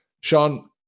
sean